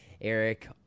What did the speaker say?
Eric